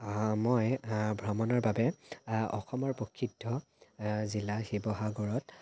মই ভ্ৰমণৰ বাবে অসমৰ প্ৰসিদ্ধ জিলা শিৱসাগৰত